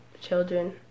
children